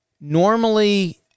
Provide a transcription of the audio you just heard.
Normally